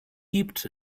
gibt